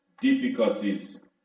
Difficulties